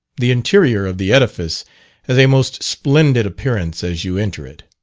the interior of the edifice has a most splendid appearance as you enter it.